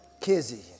Kizzy